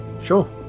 sure